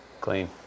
clean